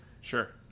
Sure